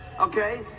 okay